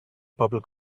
purple